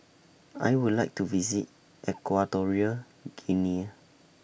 I Would like to visit Equatorial Guinea